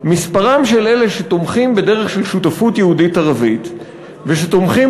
מספרם של אלה שתומכים בדרך של שותפות יהודית-ערבית ושתומכים